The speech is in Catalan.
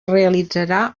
realitzarà